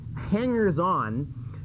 hangers-on